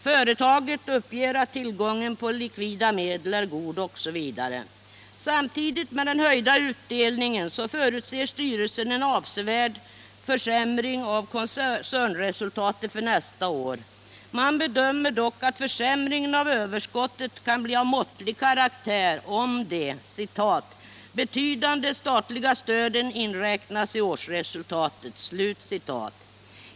Företaget uppger att tillgången på likvida medel är god osv. Samtidigt med den höjda utdelningen förutser styrelsen en avsevärd försämring av koncernresultatet för nästa år. Man bedömer dock att försämringen av överskottet kan bli av måttlig karaktär, om de ”betydande statliga stöden inräknas i årsresultatet”.